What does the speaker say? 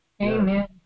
Amen